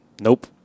Nope